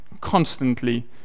constantly